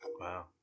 Wow